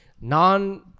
non-